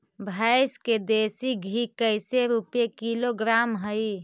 भैंस के देसी घी कैसे रूपये किलोग्राम हई?